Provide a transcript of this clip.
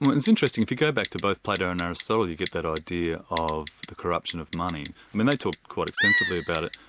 but it's interesting. if you go back to both plato and aristotle, you get that idea of the corruption of money. i mean they talk quite extensively about it.